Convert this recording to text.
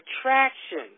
attraction